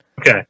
okay